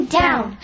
down